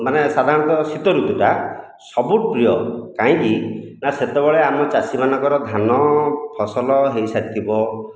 ମାନେ ସାଧାରଣତଃ ଶୀତ ଋତୁଟା ସବୁଠୁ ପ୍ରିୟ କାହିଁକି ନା ସେତେବେଳେ ଆମ ଚାଷୀମାନଙ୍କର ଧାନ ଫସଲ ହୋଇ ସାରିଥିବ